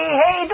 hey